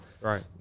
right